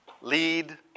lead